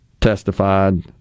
testified